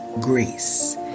grace